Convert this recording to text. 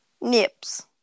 Nips